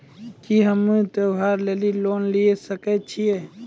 की हम्मय त्योहार लेली लोन लिये सकय छियै?